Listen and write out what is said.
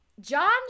John